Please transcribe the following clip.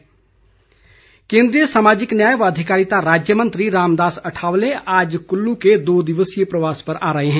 अठावले केंद्रीय सामाजिक न्याय एवं अधिकारिता राज्य मंत्री रामदास अठावले आज कुल्लू के दो दिवसीय प्रवास पर आ रहे हैं